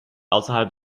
außerhalb